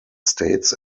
states